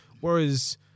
Whereas